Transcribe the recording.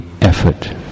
effort